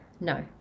no